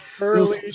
early